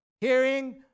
Hearing